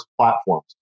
platforms